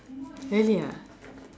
really ah